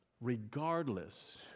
regardless